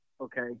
Okay